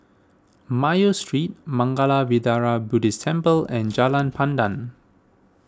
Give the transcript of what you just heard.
Mayo Street Mangala Vihara Buddhist Temple and Jalan Pandan